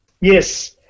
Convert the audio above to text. Yes